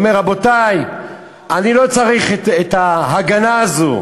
הוא אומר: רבותי, אני לא צריך את ההגנה הזאת.